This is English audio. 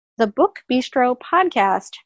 thebookbistropodcast